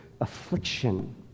affliction